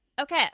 Okay